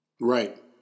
Right